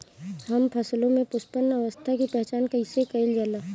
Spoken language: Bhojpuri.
हम फसलों में पुष्पन अवस्था की पहचान कईसे कईल जाला?